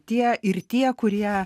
tie ir tie kurie